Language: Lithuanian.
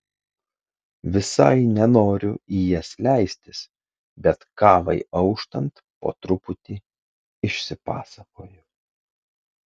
visai nenoriu į jas leistis bet kavai auštant po truputį išsipasakoju